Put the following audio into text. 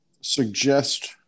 suggest